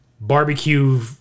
barbecue